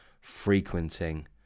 frequenting